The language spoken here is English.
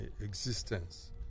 existence